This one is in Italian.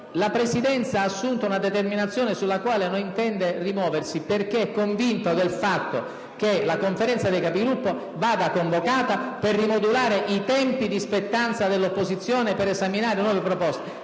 La Presidenza ha assunto una determinazione sulla quale non intende ritornare, perché convinta del fatto che la Conferenza dei Capigruppo vada convocata per rimodulare i tempi di spettanza dell'opposizione per esaminare nuove proposte.